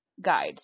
guide